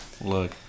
look